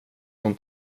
hon